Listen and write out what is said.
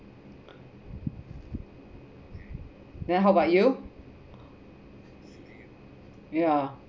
then how about you yeah